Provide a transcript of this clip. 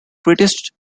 greatest